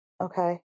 Okay